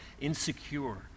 insecure